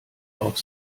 auf